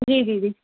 जी जी जी